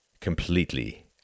completely